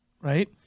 Right